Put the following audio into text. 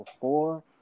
four